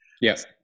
Yes